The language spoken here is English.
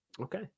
Okay